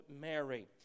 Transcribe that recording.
Mary